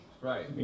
Right